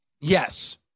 Yes